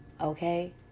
okay